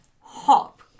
hop